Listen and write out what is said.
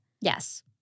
Yes